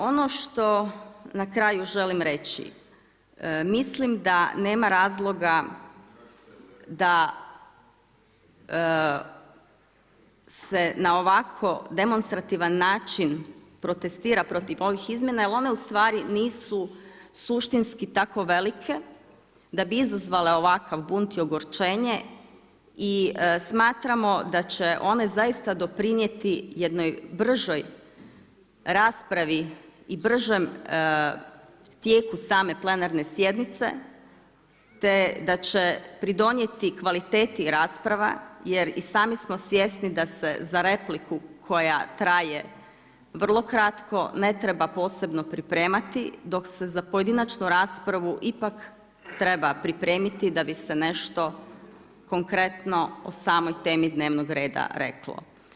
Ono što na kraju želim reći, mislim da nema razloga da se na ovako demonstrativan način protestira protiv ovih izmjena jer one ustvari nisu suštinski tako velike da bi izazvale ovakav bunt i ogorčenje i smatramo da će one zaista doprinijeti jednoj bržoj raspravi i bržem tijeku same plenarne sjednice, te da će pridonijeti kvaliteti rasprava jer i sami smo svjesni da se za repliku koja traje vrlo kratko ne treba posebno pripremati, dok se za pojedinačnu raspravu ipak treba pripremiti da bi se nešto konkretno o samo temi dnevnog reda rekla.